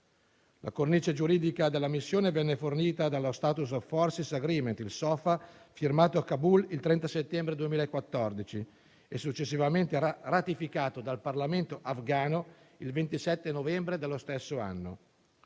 La cornice giuridica della missione venne fornita dallo Status of forces agreement (SOFA), firmato a Kabul il 30 settembre 2014 e successivamente ratificato dal parlamento afghano il 27 novembre dello stesso anno.